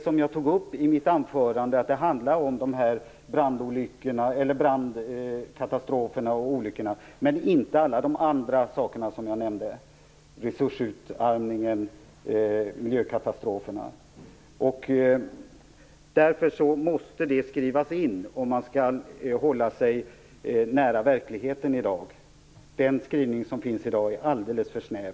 Som jag sade i mitt anförande finns det inte några sårbarhetsanalyser. De som finns tar upp brandolyckor och andra katastrofer, men resursutarmning och miljökatastrofer omfattas inte. Därför måste detta skrivas in. Den skrivning som finns i dag är alldeles för snäv.